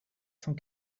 cent